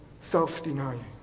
self-denying